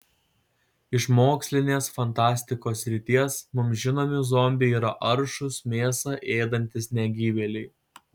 iš mokslinės fantastikos srities mums žinomi zombiai yra aršūs mėsą ėdantys negyvėliai